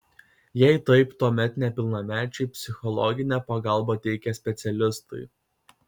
jei taip tuomet nepilnamečiui psichologinę pagalbą teikia specialistai